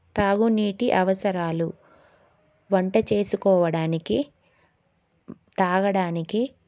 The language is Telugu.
తాగునీటి అవసరాలు వంట చేసుకోవడానికి తాగడానికి